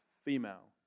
female